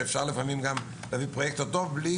שאפשר לפעמים גם להביא פרויקטור טוב בלי